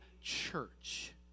church